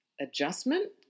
adjustment